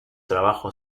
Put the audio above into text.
trabajo